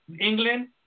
England